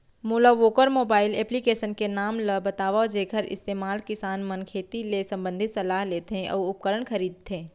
मोला वोकर mobile application के नाम ल बतावव जेखर इस्तेमाल किसान मन खेती ले संबंधित सलाह लेथे अऊ उपकरण खरीदथे?